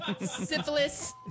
Syphilis